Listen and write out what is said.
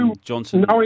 Johnson